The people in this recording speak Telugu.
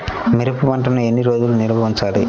మిరప పంటను ఎన్ని రోజులు నిల్వ ఉంచాలి?